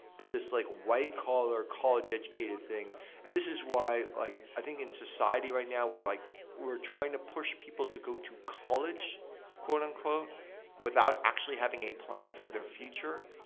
but this like white collar college educated thing and this is why, like i think, in society right now, we're like we're trying to push people to go to college and without actually having a plan for their future.